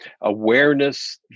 awareness